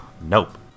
Nope